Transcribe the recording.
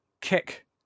kick